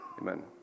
amen